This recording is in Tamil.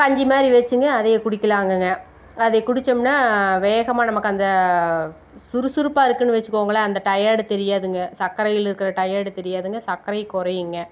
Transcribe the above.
கஞ்சிமாதிரி வச்சுங்க அதே குடிக்கலாம்ங்கங்க அதே குடித்தோம்னா வேகமாக நமக்கு அந்த சுறுசுறுப்பாக இருக்கும்னு வச்சுக்கோங்களேன் அந்த டயர்டு தெரியாதுங்க சக்கரையில் இருக்கிற டயர்டு தெரியாதுங்க சக்கரை குறையுங்க